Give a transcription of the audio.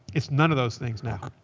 it's none of those things now.